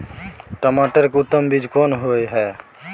टमाटर के उत्तम बीज कोन होय है?